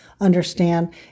Understand